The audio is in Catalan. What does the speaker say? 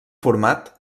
format